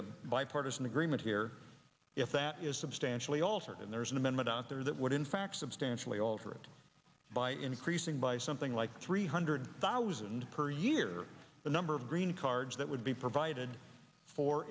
the bipartisan agreement here if that is substantially altered and there's an amendment out there that would in back substantially altered by increasing by something like three hundred thousand per year the number of green cards that would be provided for